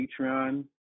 Patreon